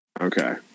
Okay